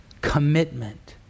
commitment